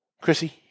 Chrissy